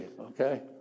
okay